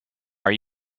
are